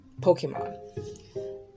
Pokemon